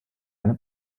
eine